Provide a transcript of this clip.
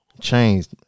changed